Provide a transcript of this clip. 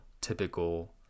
typical